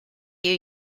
you